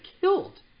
killed